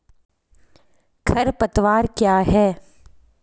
खरपतवार क्या है?